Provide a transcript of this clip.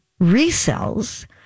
resells